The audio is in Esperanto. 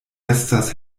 estas